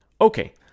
Okay